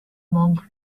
monk